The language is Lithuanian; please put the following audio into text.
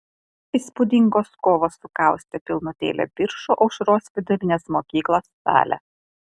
įspūdingos kovos sukaustė pilnutėlę biržų aušros vidurinės mokyklos salę